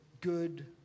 good